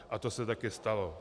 A to se taky stalo.